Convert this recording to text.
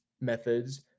methods